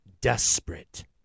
desperate